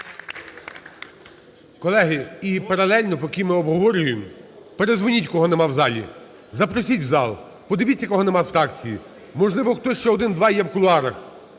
Колеги, і паралельно, поки ми обговорюємо, передзвоніть, кого нема в залі, запросіть в зал, подивіться, кого нема з фракції. Можливо, хтось ще один, два є в кулуарах,